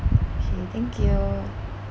okay thank you